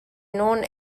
known